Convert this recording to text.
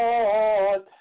Lord